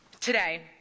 Today